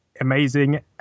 amazing